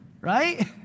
right